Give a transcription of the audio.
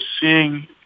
seeing